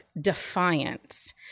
defiance